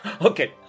Okay